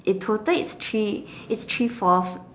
in total it's three it's three four